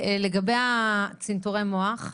לגבי צנתורי מוח?